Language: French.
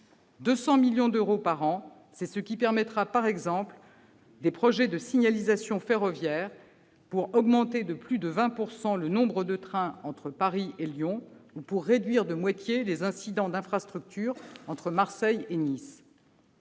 200 millions d'euros supplémentaires. C'est ce qui permettra de lancer, par exemple, des projets de signalisation ferroviaire pour augmenter de plus de 20 % le nombre de trains entre Paris et Lyon ou pour réduire de moitié les incidents d'infrastructure entre Marseille et Nice.